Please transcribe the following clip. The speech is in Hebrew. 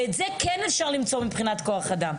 ואת זה כן אפשר למצוא מבחינת כוח אדם.